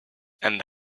and